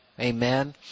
Amen